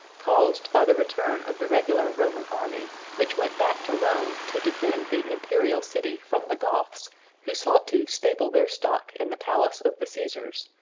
caused by the return of the regular roman army, which went back to rome to defend the imperial city from the goths who sought to stable their stock in the palace of the caesars,